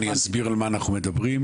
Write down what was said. אני אסביר על מה אנחנו מדברים,